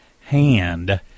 Hand